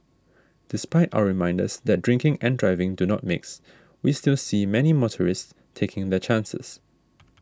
despite our reminders that drinking and driving do not mix we still see many motorists taking their chances